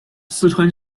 四川